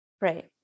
Right